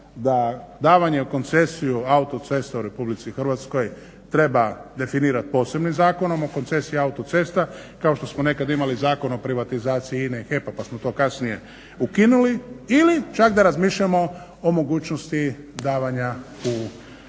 da davanje u koncesiju autoceste u Republici Hrvatskoj treba definirati posebnim Zakonom o koncesiji autocesta kao što smo nekad imali Zakon o privatizaciji INA-e i HEP-a pa smo to kasnije ukinuli ili čak da razmišljamo o mogućnosti davanja, raspisivanje